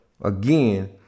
again